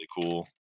cool